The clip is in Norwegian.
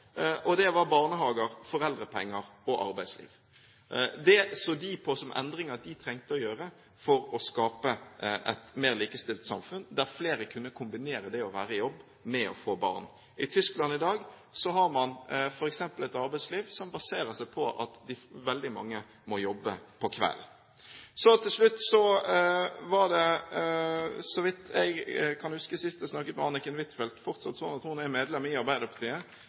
og det var barnehager, foreldrepenger og arbeidsliv. Det så de på som endringer som de trengte å gjøre for å skape et mer likestilt samfunn, der flere kunne kombinere det å være i jobb med det å få barn. I Tyskland i dag har man f.eks. et arbeidsliv som baserer seg på at veldig mange må jobbe om kvelden. Til slutt: Så vidt jeg kan huske sist jeg snakket med Anniken Huitfeldt, var hun fortsatt, tror jeg, medlem av Arbeiderpartiet. Det hadde vært kjekt om hun var SV-er, men hun er nok i Arbeiderpartiet